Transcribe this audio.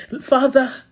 Father